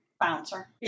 bouncer